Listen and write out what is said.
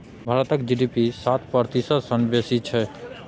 भारतक जी.डी.पी सात प्रतिशत सँ बेसी छै